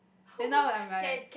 then now I'm like